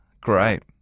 great